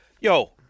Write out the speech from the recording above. Yo